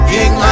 King